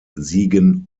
siegen